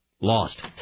lost